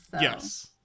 Yes